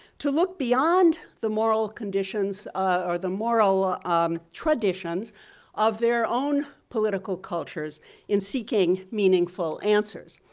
to look beyond the moral conditions or the moral um traditions of their own political cultures in seeking meaningful answers.